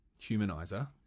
humanizer